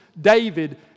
David